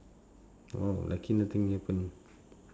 oh luckily nothing happen